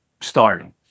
starting